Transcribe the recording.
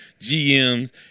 GMs